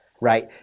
right